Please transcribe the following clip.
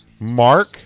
mark